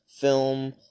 film